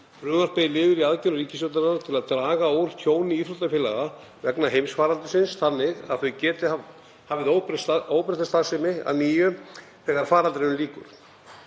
er liður í aðgerðum ríkisstjórnarinnar til að draga úr tjóni íþróttafélaga vegna heimsfaraldursins þannig að þau geti hafið óbreytta starfsemi að nýju þegar faraldrinum lýkur.